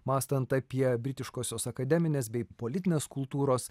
mąstant apie britiškosios akademinės bei politinės kultūros